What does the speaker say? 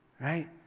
Right